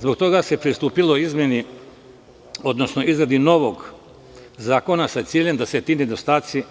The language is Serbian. Zbog toga se pristupilo izmeni, odnosno izradi novog zakona sa ciljem da se ti nedostaci